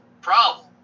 problem